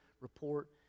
report